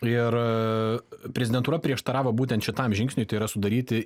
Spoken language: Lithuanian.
ir prezidentūra prieštaravo būtent šitam žingsniui tai yra sudaryti